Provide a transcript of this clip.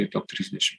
top trisdešim